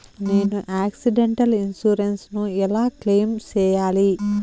నేను accidental insurance ను ఎలా క్లెయిమ్ సేయాలి?